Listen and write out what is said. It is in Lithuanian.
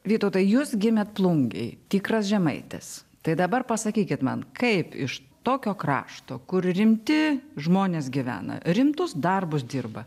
vytautai jūs gimėt plungėj tikras žemaitis tai dabar pasakykit man kaip iš tokio krašto kur rimti žmonės gyvena rimtus darbus dirba